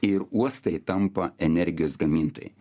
ir uostai tampa energijos gamintojai